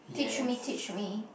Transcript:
teach me teach me